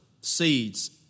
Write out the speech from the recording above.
seeds